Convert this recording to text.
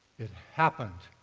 it happened.